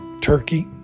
Turkey